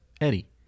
eddie